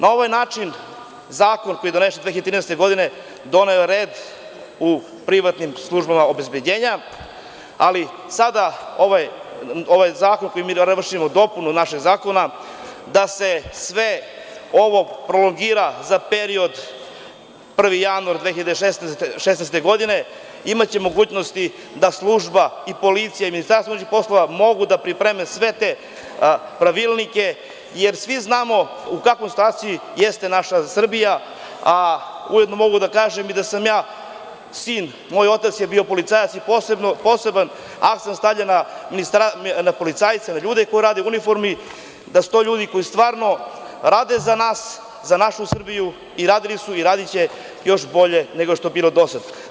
Na ovaj način Zakon koji je donet 2013. godine doneo je red u privatnim službama obezbeđenja, ali sada ovaj zakon koji mi vršimo dopunu našeg Zakona da se sve ovo prolongira za period 1. januar 2016. godine, imaće mogućnosti da služba i policija i Ministarstvo unutrašnjih poslova mogu da pripreme sve te pravilnike, jer svi znamo u kakvoj situaciji jeste naša Srbija, Ujedno mogu da kažem i da sam ja sin, moj otac je bio policajac i poseban akcenat stavljam na policajce, na ljude koji rade u uniformi, da su to ljudi koji stvarno rade za nas, za našu Srbiju i radili su i radiće još bolje nego što je bilo do sada.